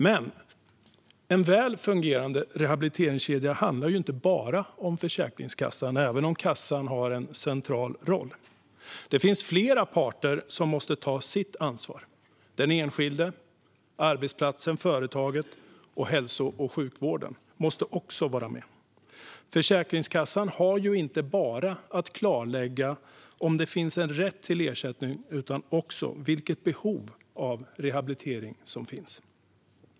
Men en väl fungerande rehabiliteringskedja handlar inte bara om Försäkringskassan, även om kassan har en central roll. Det finns flera parter som måste ta sitt ansvar. Den enskilde, arbetsplatsen, företaget och hälso och sjukvården måste också vara med. Försäkringskassan har inte bara att klarlägga om det finns en rätt till ersättning utan också vilket behov av rehabilitering som finns.